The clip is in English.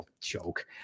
joke